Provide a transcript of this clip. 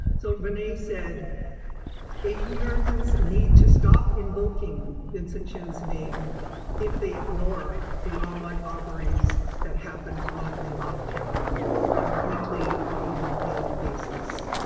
so renee said asian americans need to stop invoking vincent chin's name if they ignore the ahmaud arbery's that happen on and off camera on a weekly or even daily basis.